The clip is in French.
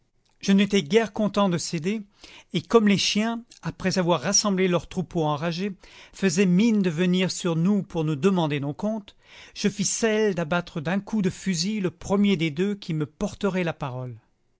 je n'étais guère content de céder et comme les chiens après avoir rassemblé leur troupeau enragé faisaient mine de venir sur nous pour nous demander nos comptes je fis celle d'abattre d'un coup de fusil le premier des deux qui me porterait la parole